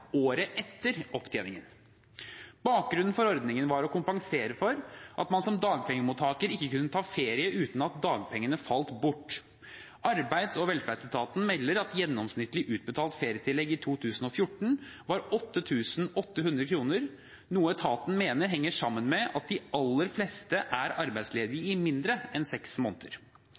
året etter opptjening. Bakgrunnen for ordningen var å kompensere for at man som dagpengemottaker ikke kunne ta ferie uten at dagpengene falt bort. Arbeids- og velferdsetaten melder at gjennomsnittlig utbetalt ferietillegg i 2014 var 8 800 kr, noe etaten mener henger sammen med at de aller fleste er arbeidsledige i mindre enn seks måneder.